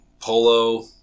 polo